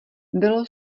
bylo